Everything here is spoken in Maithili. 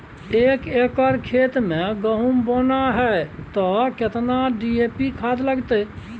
एक एकर खेत मे गहुम बोना है त केतना डी.ए.पी खाद लगतै?